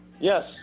Yes